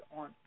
on